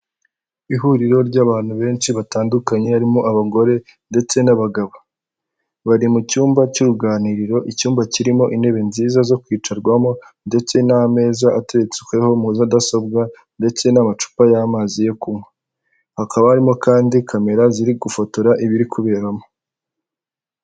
Ihuriro ry'abantu benshi batandukanye, harimo abagore ndetse n'abagabo. Bari mu cyumba cy'uruganiriro icyumba kirimo intebe nziza zo kwicarwamo, ndetse n'ameza ateretsweho mudasobwa ndetse n'amacupa y'amazi yo kunywa. Hakaba harimo kandi kamera ziri gufotora ibiri kuberamo.